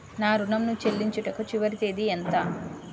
నా ఋణం ను చెల్లించుటకు చివరి తేదీ ఎంత?